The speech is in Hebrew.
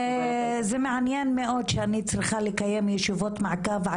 זה מעניין מאוד שאני צריכה לקיים ישיבות מעקב,